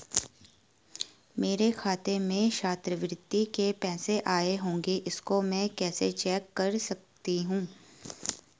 मेरे खाते में छात्रवृत्ति के पैसे आए होंगे इसको मैं कैसे चेक कर सकती हूँ?